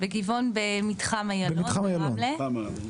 במתחם אילון ביבנה.